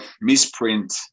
misprint